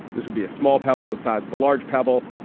this would be a small pebble the size of a large pebble.